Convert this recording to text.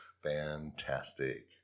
Fantastic